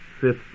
Fifth